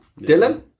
Dylan